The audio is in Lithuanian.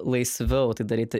laisviau tai daryti